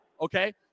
okay